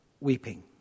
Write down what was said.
weeping